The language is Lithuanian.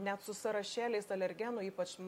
net su sąrašėliais alergenų ypač ma